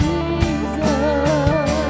Jesus